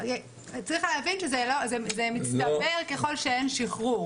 צריך להבין שזה מצטבר ככל שאין שחרור.